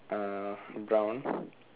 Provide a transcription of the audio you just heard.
uh brown